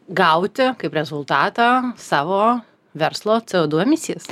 gauti kaip rezultatą savo verslo co du emisijas